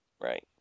Right